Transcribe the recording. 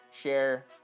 share